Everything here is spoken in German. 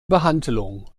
behandlung